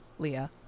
Leah